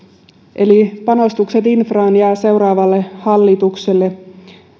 eli panostukset infraan jäävät seuraavalle hallitukselle